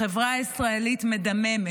החברה הישראלית מדממת.